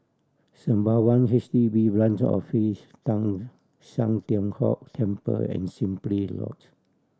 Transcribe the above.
Sembawang H D B Branch Office Teng San Tian Hock Temple and Simply Lodge